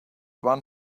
one